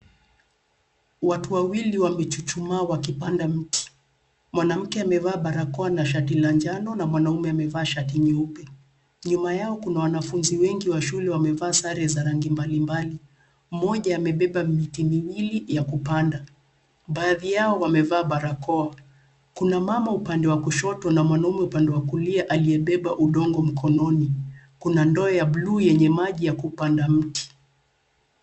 Watu wawili wamechuchumaa wakipanda mti. Mwanamke amevaa barakoa na shati la njano na mwanaume amevaa shati nyeupe. Nyuma yao kuna wanafunzi wengi wa shule wamevaa sare za rangi mbali mbali. Mmoja amebeba miti miwili ya kupanda. Baadhi yao wamevaa barakoa. Kuna mama upande wa kushoto na mwanaume upande wa kulia aliyebeba udongo mkononi. Kuna ndoo ya buluu yenye maji ya kupanda mti.